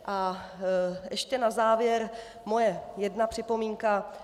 A ještě na závěr moje jedna připomínka.